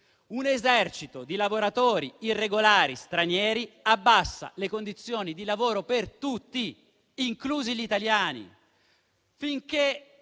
un esercito di lavoratori irregolari stranieri abbassa le condizioni di lavoro per tutti, inclusi gli italiani. Finché